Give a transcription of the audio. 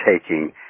taking